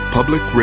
Public